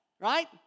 Right